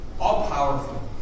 all-powerful